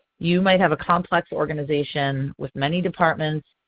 you might have a complex organization with many departments,